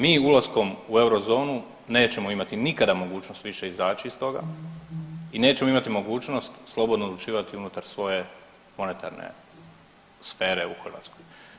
Mi ulaskom u eurozonu nećemo imati nikada mogućnost više izaći iz toga i nećemo imati mogućnost slobodno odlučivati unutar svoje monetarne sfere u Hrvatskoj.